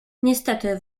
niestety